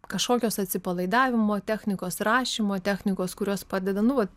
kažkokios atsipalaidavimo technikos rašymo technikos kurios padeda nu vat